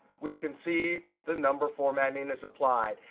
we can see the number formatting is applied.